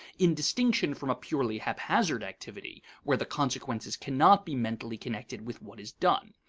in distinction from a purely haphazard activity, where the consequences cannot be mentally connected with what is done.